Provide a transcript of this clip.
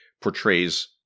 portrays